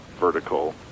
vertical